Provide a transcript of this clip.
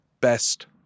best